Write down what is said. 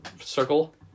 circle